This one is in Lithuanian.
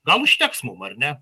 gal užteks mum ar ne